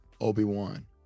Obi-Wan